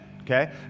Okay